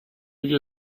you